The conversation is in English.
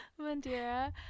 Mandira